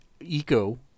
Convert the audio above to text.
eco